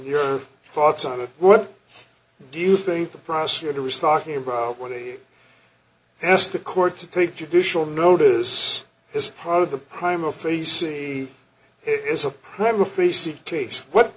your thoughts on it what do you think the prosecutor was talking about when they asked the court to take judicial notice this part of the crime of tracy